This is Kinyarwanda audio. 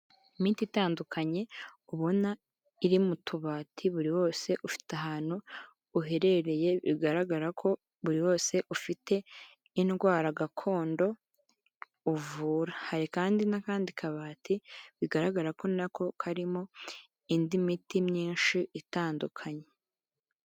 Imiti itandukanye ubona iri mu tubati, buri wose ufite ahantu uherereye, bigaragara ko buri wose ufite indwara gakondo uvura, hari kandi n'akandi kabati bigaragarako nako karimo indi miti myinshi itandukanye.